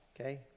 okay